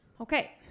Okay